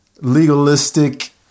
legalistic